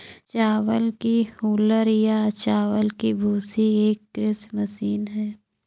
चावल की हूलर या चावल की भूसी एक कृषि मशीन है